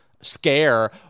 scare